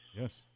Yes